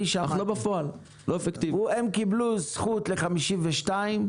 הם קיבלו זכות ל-52,